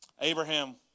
Abraham